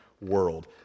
world